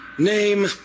Name